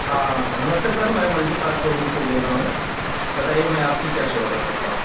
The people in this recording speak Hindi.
हाँ नमस्ते सर मैं मल्टीकार सोरूम से बोल रहा हूँ बताइए मैं आपकी क्या सेवा कर सकता हूँ